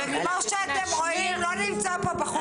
וכמו שאתם רואים, לא נמצא פה בחור.